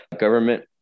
government